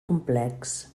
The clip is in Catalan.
complex